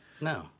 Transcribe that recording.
No